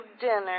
dinner